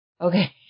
Okay